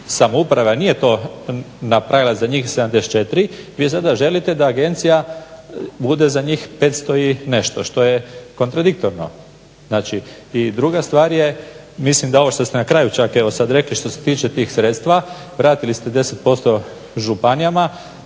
samouprave nije to napravila za njih 74, vi sada želite da agencija bude za njih 500 i nešto što je kontradiktorno znači. I druga stvar je mislim da ovo što ste na kraju sad čak rekli što se tiče tih sredstva, vratili ste 10% županijama.